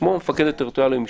שמו המפקד הטריטוריאלי המשטרתי,